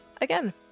again